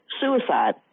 suicide